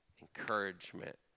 encouragement